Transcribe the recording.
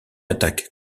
attaque